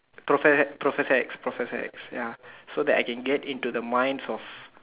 professor professor X professor X ya so that I can get into the minds of